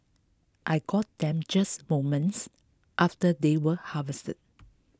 I got them just moments after they were harvested